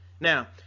Now